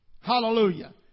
Hallelujah